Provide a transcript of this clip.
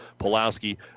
Pulaski